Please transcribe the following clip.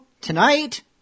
tonight